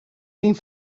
lyn